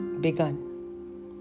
begun